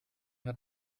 hat